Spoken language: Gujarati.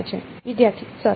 વિદ્યાર્થી સર